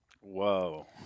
Whoa